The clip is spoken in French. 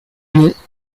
monts